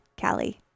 Callie